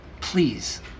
Please